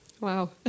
Wow